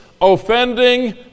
offending